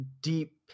deep